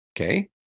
Okay